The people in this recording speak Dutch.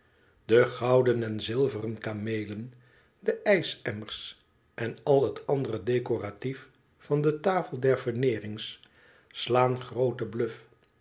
de gouden en zilveren kameelen de ijsemmers en al het andere decoratief van de tafel der veneerings slaan grooted bluf